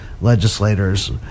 legislators